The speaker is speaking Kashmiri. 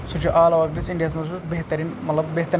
سُہ چھِ آل اَور کِس اِنڈیاہس منٛز سُہ بہتریٖن مطلب بہتریٖن